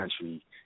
country